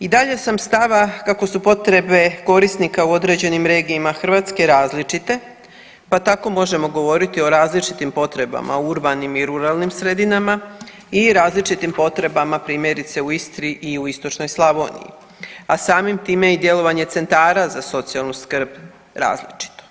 I dalje sam stava kako su potrebe korisnika u određenim regijima Hrvatske različite, pa tako možemo govoriti o različitim potrebama u urbanim i ruralnim sredinama i različitim potrebama primjerice u Istri i u istočnoj Slavoniji, a samim time i djelovanje centara za socijalnu skrb različito.